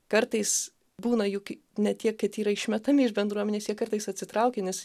kartais būna juk ne tiek kad yra išmetami iš bendruomenės jie kartais atsitraukia nes